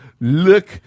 look